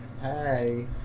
hey